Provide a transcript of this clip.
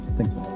Thanks